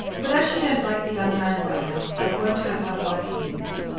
but as she don't like the young man well enough, i won't have her hardly used.